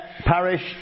parish